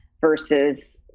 versus